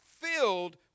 filled